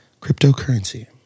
Cryptocurrency